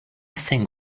think